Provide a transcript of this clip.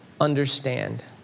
understand